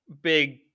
big